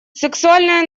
сексуальные